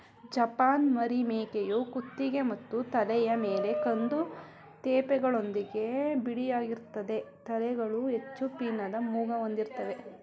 ಜಮ್ನಾಪರಿ ಮೇಕೆಯು ಕುತ್ತಿಗೆ ಮತ್ತು ತಲೆಯ ಮೇಲೆ ಕಂದು ತೇಪೆಗಳೊಂದಿಗೆ ಬಿಳಿಯಾಗಿರ್ತದೆ ತಲೆಗಳು ಹೆಚ್ಚು ಪೀನದ ಮೂಗು ಹೊಂದಿರ್ತವೆ